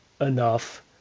enough